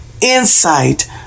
insight